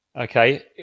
Okay